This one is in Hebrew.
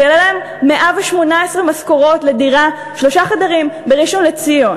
זה יעלה להם 118 משכורות לדירת שלושה חדרים בראשון-לציון,